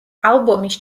ალბომის